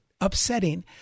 upsetting